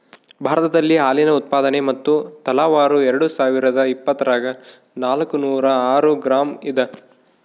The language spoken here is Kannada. ಭಾರತದಲ್ಲಿ ಹಾಲಿನ ಉತ್ಪಾದನೆ ಮತ್ತು ತಲಾವಾರು ಎರೆಡುಸಾವಿರಾದ ಇಪ್ಪತ್ತರಾಗ ನಾಲ್ಕುನೂರ ಆರು ಗ್ರಾಂ ಇದ